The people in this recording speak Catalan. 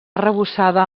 arrebossada